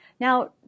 Now